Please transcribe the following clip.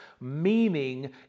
meaning